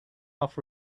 off